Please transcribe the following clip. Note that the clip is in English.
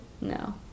No